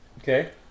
Okay